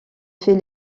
fait